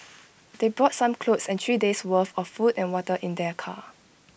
they brought some clothes and three days' worth of food and water in their car